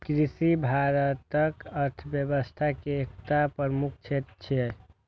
कृषि भारतक अर्थव्यवस्था के एकटा प्रमुख क्षेत्र छियै